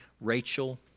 Rachel